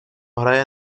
hraje